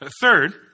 Third